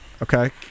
Okay